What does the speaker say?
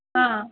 हां